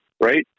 right